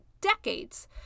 decades